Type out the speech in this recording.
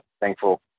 thankful